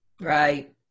right